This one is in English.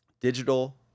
digital